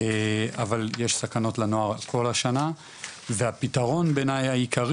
אבל יש סכנות לנוער כל השנה והפתרון בעיניי העיקרי